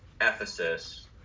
Ephesus